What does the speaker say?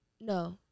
No